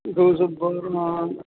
ਦੋ ਸੌ